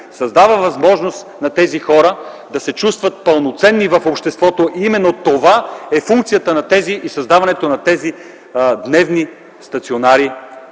създава възможност на тези хора да се чувстват пълноценни в обществото. Именно това е функцията на тези дневни стационари,